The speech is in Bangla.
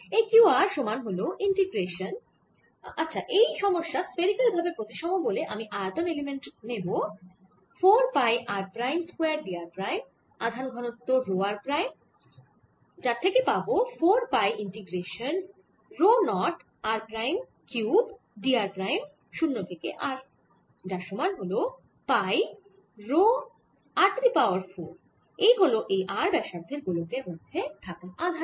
এই q r সমান হল ইন্টিগ্রেশান এই সমস্যা স্ফেরিকাল ভাবে প্রতিসম বলে আমি আয়তন এলিমেন্ট নেব 4 pi r prime square d r prime আধান ঘনত্ব রো r প্রাইম যার থেকে পাবো 4 pi integration rho 0 r prime cube d r prime 0 থেকে r যার সমান হল pi rho r to the power 4 এই হল এই r ব্যাসার্ধের গোলকের মধ্যে থাকা আধান